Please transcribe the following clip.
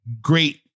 Great